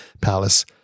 palace